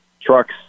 trucks